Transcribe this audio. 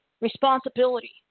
responsibility